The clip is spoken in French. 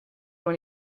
dans